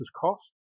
cost